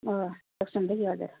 अँ जक्सनदेखि हजुर